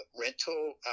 rental